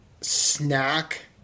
snack